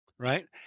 right